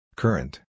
current